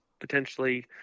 potentially